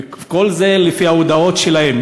וכל זה לפי ההודאות שלהם.